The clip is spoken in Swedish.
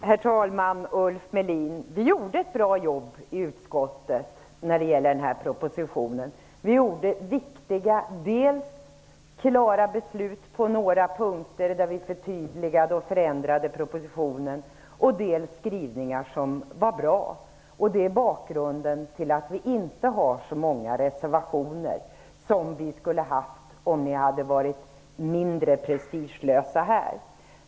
Herr talman! Ulf Melin! Vi gjorde ett bra jobb i utskottet när det gäller den här propositionen. Vi fattade viktiga, klara beslut på några punkter där vi förtydligade och förändrade propositionen, och vi gjorde skrivningar som var bra. Det är bakgrunden till att vi socialdemokrater inte har så många reservationer som vi skulle ha haft om ni hade varit mindre prestigelösa.